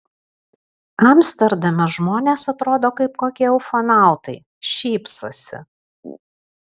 amsterdame žmonės atrodo kaip kokie ufonautai šypsosi